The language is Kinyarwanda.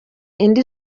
indi